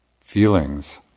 feelings